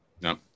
No